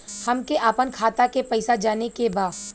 हमके आपन खाता के पैसा जाने के बा